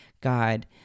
God